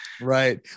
right